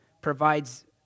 provides